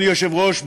אדוני היושב-ראש,